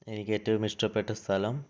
എനിക്ക് ഏറ്റവും ഇഷ്ടപ്പെട്ട സ്ഥലം